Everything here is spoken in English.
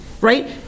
Right